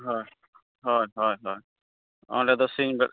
ᱦᱚᱭ ᱦᱚᱭ ᱦᱚᱭ ᱦᱚᱭ ᱚᱸᱰᱮᱫᱚ ᱥᱤᱧ ᱵᱮᱲᱟ